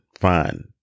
fine